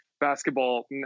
basketball